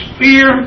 fear